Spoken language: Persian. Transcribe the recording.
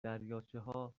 دریاچهها